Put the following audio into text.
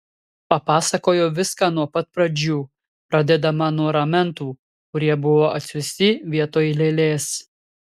papasakojo viską nuo pat pradžių pradėdama nuo ramentų kurie buvo atsiųsti vietoj lėlės